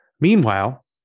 Meanwhile